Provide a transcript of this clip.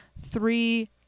three